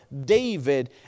David